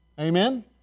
Amen